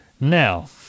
Now